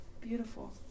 Beautiful